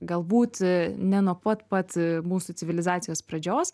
galbūt ne nuo pat pat mūsų civilizacijos pradžios